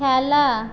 খেলা